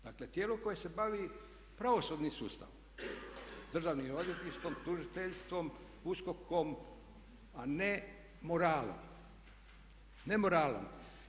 Dakle, tijelo koje se bavi pravosudnim sustavom, Državnim odvjetništvom, tužiteljstvom, USKOK-om a ne moralom, ne moralom.